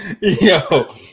Yo